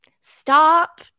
stop